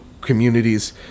communities